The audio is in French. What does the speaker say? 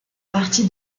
partie